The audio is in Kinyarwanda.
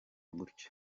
gutyo